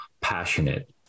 passionate